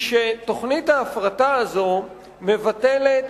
היא שתוכנית ההפרטה הזאת מבטלת